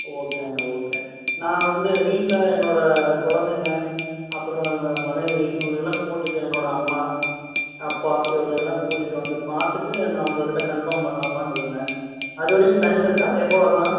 ஓகேங்க ஓகே நான் வந்து வீட்டில் என்னோட குழந்தைங்க அப்புறோம் வ மனைவி இவங்களுக்குலாம் கூட்டிகிட்டு என்னோட அம்மா அப்பா இவங்க எல்லாம் கூட்டிகிட்டு வந்து பார்த்துட்டு நான் உங்கள்கிட்ட கன்ஃபார்ம் பண்ணலாமா இருந்தேன் அது வரைக்கும் டைம் இருக்கா எப்போ வரலாம்